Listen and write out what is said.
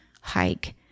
hike